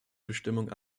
bestimmungen